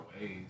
ways